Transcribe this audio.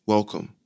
Welcome